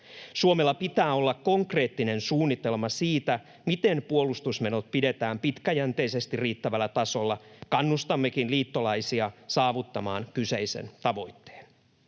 Suomella pitää olla konkreettinen suunnitelma siitä, miten puolustusmenot pidetään pitkäjänteisesti riittävällä tasolla. Kannustammekin liittolaisia saavuttamaan kyseisen tavoitteen.